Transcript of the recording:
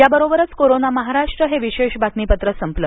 याबरोबरच कोरोना महाराष्ट्र हे विशेष बातमीपत्र संपलं